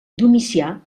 domicià